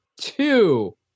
two